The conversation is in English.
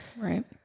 right